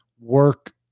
work